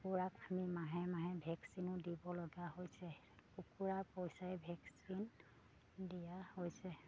কুকুৰাক আমি মাহে মাহে ভেকচিনো দিব লগা হৈছে কুকুৰাৰ পইচাৰে ভেকচিন দিয়া হৈছে